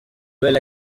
will